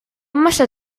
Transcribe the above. massa